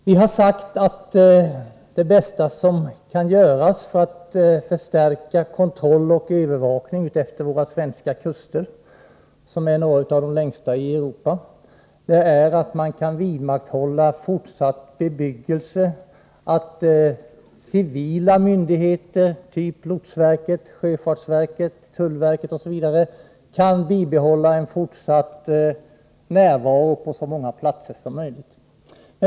Vi har sagt att det bästa som vi kan göra för att förstärka kontrollen och övervakningen utefter våra kuster — som är något av de längsta i Europa — är att vidmakthålla bebyggelse och se till att civila myndigheter typ lotsverket, sjöfartsverket och tullverket kan bibehålla en närvaro på så många platser som möjligt.